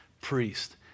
priest